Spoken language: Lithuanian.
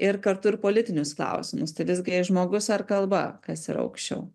ir kartu ir politinius klausimus tai visgi žmogus ar kalba kas yra aukščiau